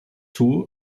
two